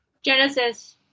Genesis